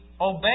obey